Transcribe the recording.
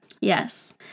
Yes